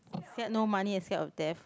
scared no money and scared of death